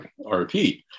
RP